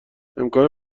امکان